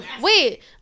wait